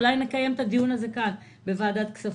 אולי נקיים את הדיון הזה כאן בוועדת הכספים.